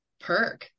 perk